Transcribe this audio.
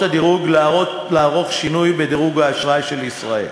הדירוג לערוך שינוי בדירוג האשראי של ישראל.